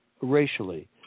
racially